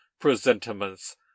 presentiments